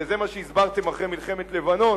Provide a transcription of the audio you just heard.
הרי זה מה שהסברתם אחרי מלחמת לבנון,